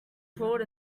crawled